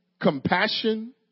compassion